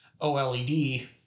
oled